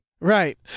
Right